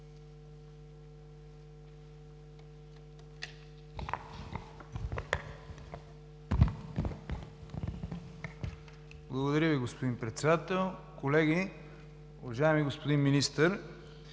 Благодаря Ви, господин Председател. Колеги! Уважаеми господин Министър,